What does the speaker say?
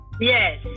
Yes